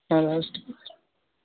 چلو حظ ٹھیٖک چھُ